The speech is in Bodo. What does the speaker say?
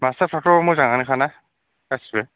मास्टारफ्राथ' मोजाङानोखाना गासिबो